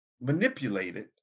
manipulated